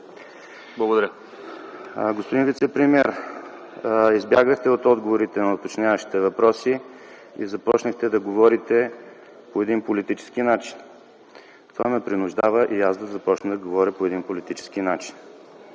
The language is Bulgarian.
(независим): Господин вицепремиер, избягахте от отговорите на уточняващите въпроси и започнахте да говорите по един политически начин. Това ме принуждава и аз да започна да говоря по един политически начин.